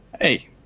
hey